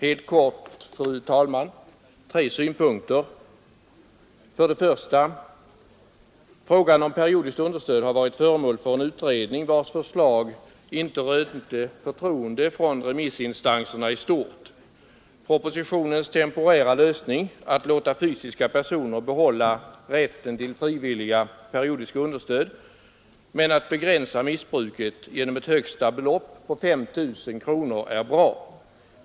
Fru talman! Helt kort tre synpunkter: 1. Frågan om periodiskt understöd har varit föremål för en utredning, vars förslag inte rönte förtroende från remissinstanserna i stort. Propositionens temporära lösning att låta fysiska personer behålla rätten till frivilliga periodiska understöd men att begränsa missbruket genom ett högsta belopp på 5 000 kronor är bra.